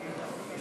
(חותמת על ההצהרה)